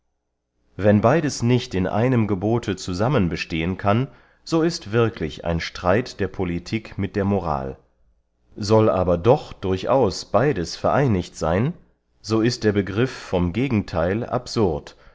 wenn beydes nicht in einem gebote zusammen bestehen kann so ist wirklich ein streit der politik mit der moral soll aber doch durchaus beydes vereinigt seyn so ist der begriff vom gegentheil absurd